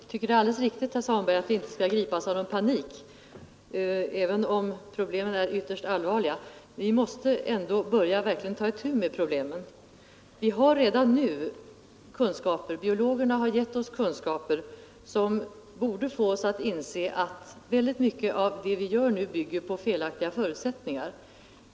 Herr talman! Jag tycker det är alldeles riktigt, herr Svanberg, att vi inte skall gripas av panik, även om problemen är ytterst allvarliga. Vi måste ändå börja att verkligen ta itu med problemen. Vi har redan nu kunskaper — biologerna har gett oss dessa — som borde få oss att inse att väldigt mycket av det vi gör nu bygger på felaktiga förutsättningar.